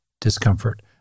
discomfort